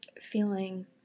feeling